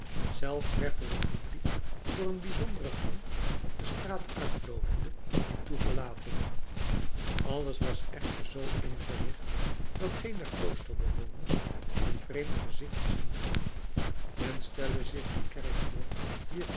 zelfs werd er het publiek door een bijzondere gang op de straat uitloopende in toegelaten alles was echter zoo ingericht dat geen der kloosterbewoners een vreemd gezicht zien kon men stelle zich een kerk voor wier